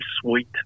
sweet